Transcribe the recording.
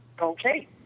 Okay